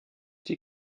die